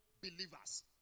believers